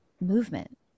movement